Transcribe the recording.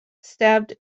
stabbed